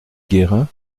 guérin